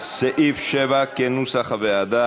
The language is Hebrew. סעיפים 6 7 נתקבלו.